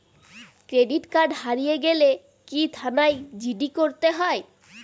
Credit card হারিয়ে গেলে কি থানায় জি.ডি করতে হয়?